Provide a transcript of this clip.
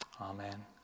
Amen